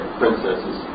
princesses